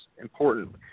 important